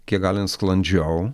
kiek galint sklandžiau